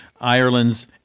Ireland's